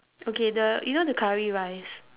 okay the you know the curry rice